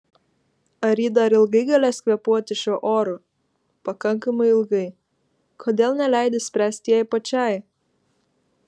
ar ji dar ilgai galės kvėpuoti šiuo oru pakankamai ilgai kodėl neleidi spręsti jai pačiai